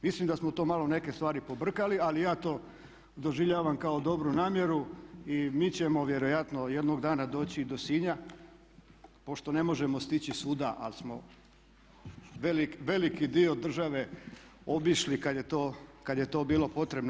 Mislim da smo to malo neke stvari pobrkali, ali ja to doživljavam kao dobru namjeru i mi ćemo vjerojatno jednog dana doći i do Sinja pošto ne možemo stići svuda, ali smo velik, veliki dio države obišli kad je to bilo potrebno.